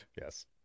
Yes